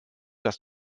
dass